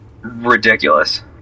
ridiculous